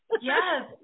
Yes